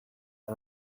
and